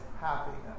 happiness